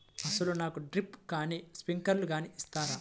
అసలు నాకు డ్రిప్లు కానీ స్ప్రింక్లర్ కానీ ఇస్తారా?